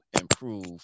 improve